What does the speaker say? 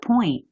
point